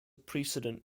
precedent